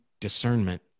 discernment